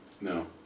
No